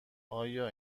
آیا